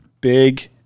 big